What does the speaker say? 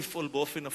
הינה ותהיה עיר מאוחדת